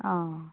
অঁ